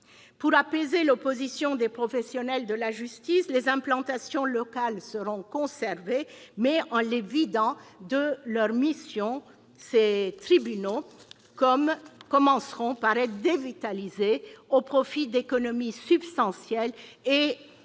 Pour apaiser l'opposition des professionnels de la justice, les implantations locales seront conservées, mais elles seront vidées de leur mission ; ces tribunaux commenceront par être dévitalisés au profit d'économies substantielles et au